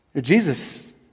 Jesus